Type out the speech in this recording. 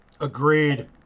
agreed